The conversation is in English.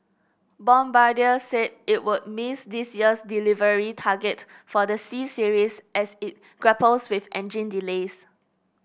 bombardier said it would miss this year's delivery target for the C Series as it grapples with engine delays